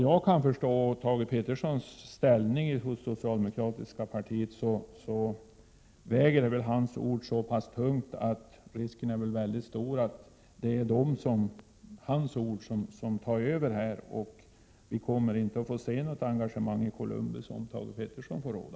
Med Thage Petersons ställning inom det socialdemokratiska partiet väger hans ord så tungt att risken är stor att det är vad han säger som gäller och att vi inte kommer att få se något engagemang i Columbus, om Thage Peterson får råda.